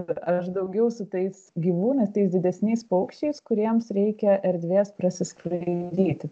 bet aš daugiau su tais gyvūnais tais didesniais paukščiais kuriems reikia erdvės prasiskraidyti